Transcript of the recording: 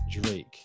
Drake